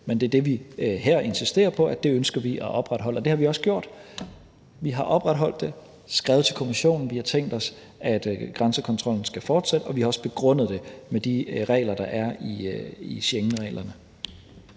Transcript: Men det er det, vi her insisterer på at vi ønsker at opretholde, og det har vi også gjort. Vi har opretholdt det, skrevet til Kommissionen, vi har tænkt os, at grænsekontrollen skal fortsætte, og vi har også begrundet det med de regler, der er i Schengenreglerne.